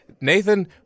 Nathan